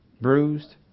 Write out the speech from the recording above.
bruised